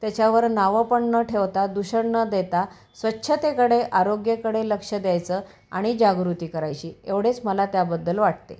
त्याच्यावर नावं पण न ठेवता दूषण न देता स्वच्छतेकडे आरोग्यकडे लक्ष द्यायचं आणि जागृती करायची एवढेच मला त्याबद्दल वाटते